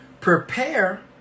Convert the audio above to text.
Prepare